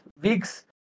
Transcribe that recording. weeks